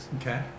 Okay